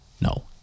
No